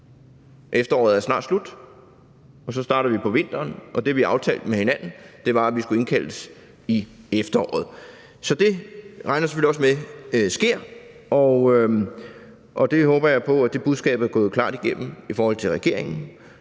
efteråret er snart slut, og så starter vi på vinteren. Og det, vi aftalte med hinanden, var, at vi skulle indkaldes i efteråret. så det regner jeg selvfølgelig også med sker. Jeg håber på, at det budskab er gået klart igennem i forhold til regeringen.